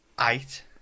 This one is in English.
Eight